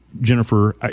Jennifer